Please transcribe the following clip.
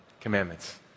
Commandments